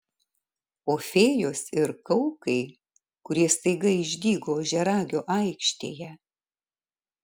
o fėjos ir kaukai kurie staiga išdygo ožiaragio aikštėje